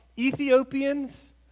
Ethiopians